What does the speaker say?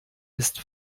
ist